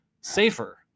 safer